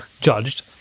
judged